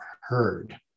heard